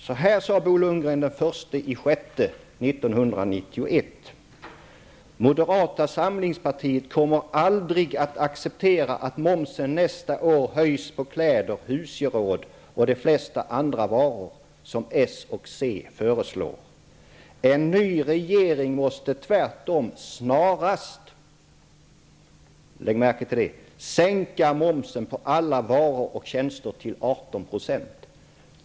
Så här sade Bo Lundgren den 1 juni 1991: ''Moderata samlingspartiet kommer aldrig att acceptera att momsen nästa år höjs på kläder, husgeråd och de flesta andra varor som s och c föreslår. En ny regeringen måste tvärtom snarast'' -- lägg märke till det -- ''sänka momsen på alla varor och tjänster till 18 %.''